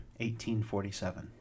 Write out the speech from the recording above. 1847